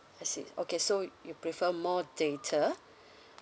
I see okay so you prefer more data